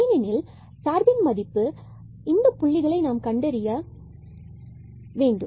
ஏனெனில் சார்பின் மதிப்பு இந்தப் புள்ளிகளை நாம் கண்டறிய வேண்டும்